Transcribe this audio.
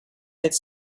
its